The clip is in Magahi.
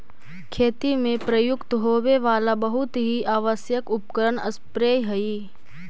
खेती में प्रयुक्त होवे वाला बहुत ही आवश्यक उपकरण स्प्रेयर हई